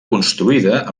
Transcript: construïda